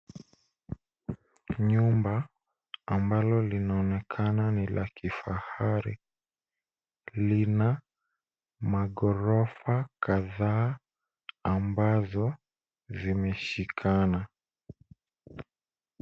Nyumba ambalo linaonekana ni la kifahari lina maghorofa kadhaa ambazo zimeshikana.